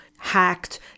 hacked